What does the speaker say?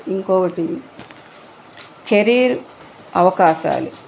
ఇంకొకటి కెరీర్ అవకాశాలు